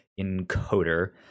encoder